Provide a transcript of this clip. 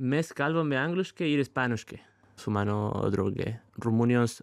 mes kalbame angliškai ir ispaniškai su mano drauge rumunijos